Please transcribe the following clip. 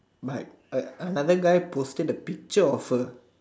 but a another guy posted a picture of her